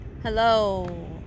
Hello